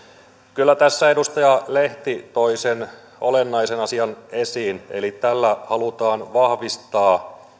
kyllä tässä edustaja lehti toi sen olennaisen asian esiin eli tällä halutaan vahvistaa